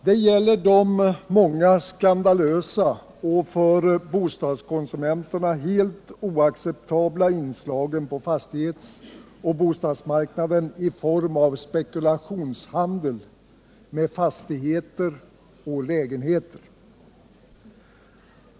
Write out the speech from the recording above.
Det gäller de många skandalösa och för bostadskonsumenterna helt oacceptabla inslagen på fastighetsoch bostadsmarknaden i form av spekulationshandel med fastigheter och lägenheter.